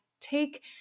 take